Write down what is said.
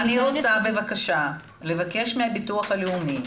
אני רוצה לבקש מהביטוח הלאומי,